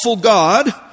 God